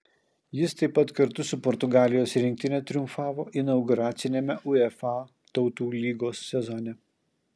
jis taip pat kartu su portugalijos rinktine triumfavo inauguraciniame uefa tautų lygos sezone